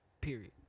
Period